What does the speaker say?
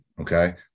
Okay